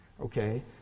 okay